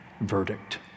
verdict